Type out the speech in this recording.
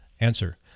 answer